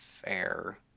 Fair